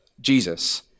Jesus